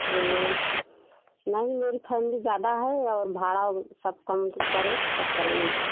हम्म नहीं मेरी फैमिली ज़्यादा है और भाड़ा सब कम करो तब चलेंगे